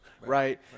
right